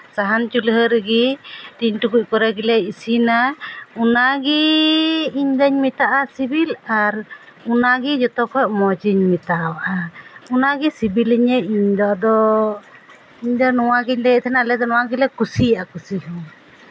ᱥᱟᱦᱟᱱ ᱪᱩᱞᱦᱟᱹ ᱨᱮᱜᱮ ᱴᱤᱱ ᱴᱩᱠᱩᱡ ᱠᱚᱨᱮ ᱜᱮᱞᱮ ᱤᱥᱤᱱᱟ ᱚᱱᱟᱜᱮ ᱤᱧ ᱫᱚᱧ ᱢᱮᱛᱟᱜᱼᱟ ᱥᱤᱵᱤᱞ ᱟᱨ ᱚᱱᱟᱜᱮ ᱡᱚᱛᱚ ᱠᱷᱚᱱ ᱢᱚᱡᱽ ᱤᱧ ᱢᱮᱛᱟᱣᱟᱜᱼᱟ ᱚᱱᱟᱜᱮ ᱥᱤᱵᱤᱞᱤᱧᱟᱹ ᱤᱧ ᱫᱚ ᱟᱫᱚ ᱤᱧ ᱫᱚ ᱱᱚᱣᱟ ᱜᱤᱧ ᱞᱟᱹᱭᱮᱫ ᱛᱟᱦᱮᱱᱟ ᱟᱞᱮ ᱫᱚ ᱱᱚᱣᱟ ᱜᱮᱞᱮ ᱠᱩᱥᱤᱭᱟᱜᱼᱟ ᱠᱩᱥᱤ ᱦᱚᱸ